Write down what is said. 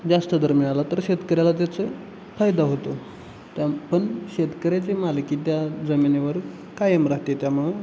जास्त दर मिळाला तर शेतकऱ्याला त्याचा फायदा होतो पण शेतकऱ्याची मालकी त्या जमिनीवर कायम राहते त्यामुळं